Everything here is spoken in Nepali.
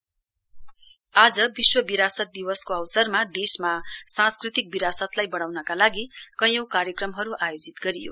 वल्ड हेरिटेज डे आज विश्व विरासत दिवसको अवसरमा देशमा सांस्कृतिक विरासतलाई बढ़ाउनका लागि कैयौं कार्यक्रमहरू आयोजित गरियो